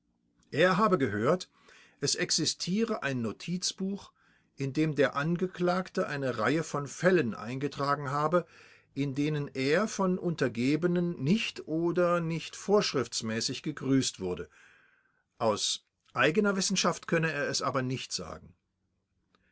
er habe gehört es existiere ein notizbuch in dem der angeklagte eine reihe von fällen eingetragen habe in denen er von untergebenen nicht oder nicht vorschriftsmäßig gegrüßt wurde aus eigener wissenschaft könne er aber nichts sagen